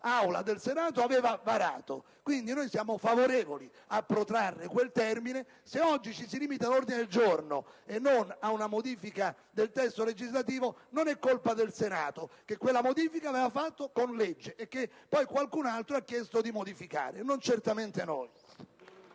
del Senato avevano varato. Quindi, noi siamo favorevoli a protrarre quel termine. Se oggi ci si limita all'ordine del giorno e non a una modifica del testo legislativo, non è colpa del Senato, che quella modifica aveva fatto con legge, e che poi qualcun altro ha chiesto di modificare, non certamente noi.